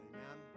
Amen